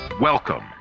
Welcome